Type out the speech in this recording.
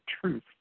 truth